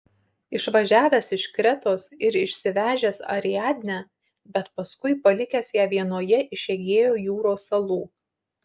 išvažiavęs iš kretos ir išsivežęs ariadnę bet paskui palikęs ją vienoje iš egėjo jūros salų